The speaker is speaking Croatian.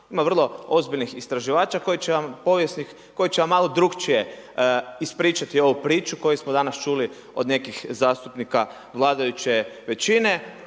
Ima vrlo ozbiljnih istraživača povijesnih koji vam malo drukčije ispričati ovu priču koju smo danas čuli od nekih zastupnika vladajuće većine